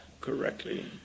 correctly